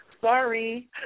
Sorry